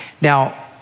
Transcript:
Now